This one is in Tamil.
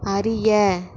அறிய